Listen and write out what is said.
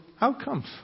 outcomes